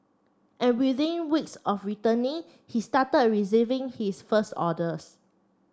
and within weeks of returning he started receiving his first orders